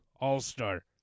All-Star